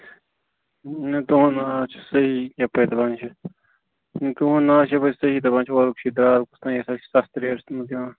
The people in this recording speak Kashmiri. نہَ تُہُنٛد ناو چھُ صیحح یپٲرۍ دپان چھِ تُہُند ناو چھُ یپٲرۍ صیحح دَپان چھُ اورُک چھُ یہِ درال کُس تام یہِ ہسا چھُ سَستہٕ ریٹَس منٛز دِوان